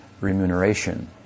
remuneration